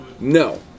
No